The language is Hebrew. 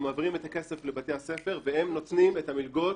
אנחנו מעבירים את הכסף לבתי הספר והם נותנים את המלגות